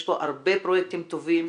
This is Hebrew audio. יש פה הרבה פרויקטים טובים,